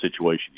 situation